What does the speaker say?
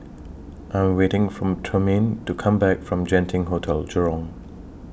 I'm waiting For Trumaine to Come Back from Genting Hotel Jurong